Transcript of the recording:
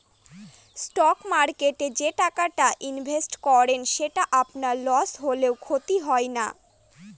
stock মার্কেটে যে টাকাটা ইনভেস্ট করুন সেটা আপনার লস হলেও ক্ষতি হয় না